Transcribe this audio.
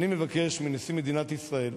אני מבקש מנשיא מדינת ישראל,